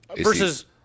Versus